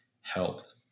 helped